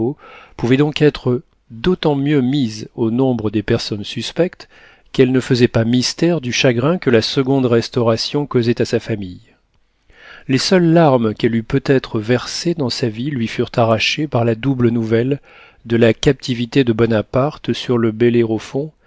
pouvait donc être d'autant mieux mise au nombre des personnes suspectes qu'elle ne faisait pas mystère du chagrin que la seconde restauration causait à sa famille les seules larmes qu'elle eût peut-être versées dans sa vie lui furent arrachées par la double nouvelle de la captivité de bonaparte sur le bellérophon